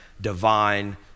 divine